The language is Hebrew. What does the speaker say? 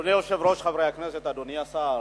אדוני היושב-ראש, חברי הכנסת, אדוני השר,